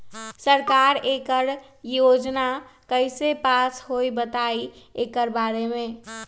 सरकार एकड़ योजना कईसे पास होई बताई एकर बारे मे?